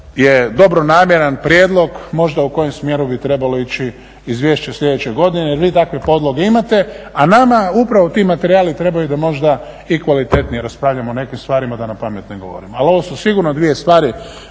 je dobronamjeran prijedlog možda u kojem smjeru bi trebalo ići izvješće sljedeće godine jer vi takve podloge imate, a nama upravo ti materijali trebaju da možda i kvalitetnije raspravljamo o nekim stvarima da napamet ne govorim. Ali ovo su sigurno dvije stvari,